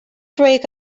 break